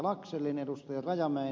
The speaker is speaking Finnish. laxellin ja ed